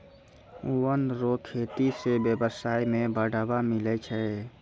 वन रो खेती से व्यबसाय में बढ़ावा मिलै छै